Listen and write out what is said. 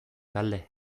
galde